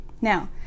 Now